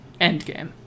Endgame